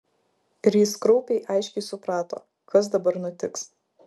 ir jis kraupiai aiškiai suprato kas dabar nutiks